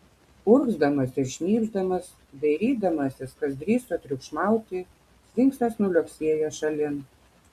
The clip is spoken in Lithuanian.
urgzdamas ir šnypšdamas dairydamasis kas drįso triukšmauti sfinksas nuliuoksėjo šalin